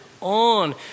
on